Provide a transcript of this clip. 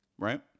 Right